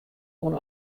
oan